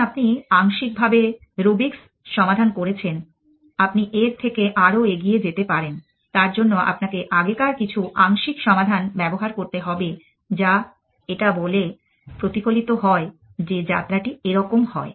যখন আপনি আংশিকভাবে রুবিকস সমাধান করেছেন আপনি এর থেকে আরও এগিয়ে যেতে পারেন তার জন্য আপনাকে আগেকার কিছু আংশিক সমাধান ব্যাহত করতে হবে যা এটা বলে প্রতিফলিত হয় যে যাত্রাটি এরকম হয়